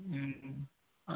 हां